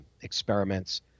experiments